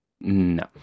no